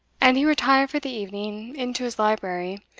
and he retired for the evening into his library,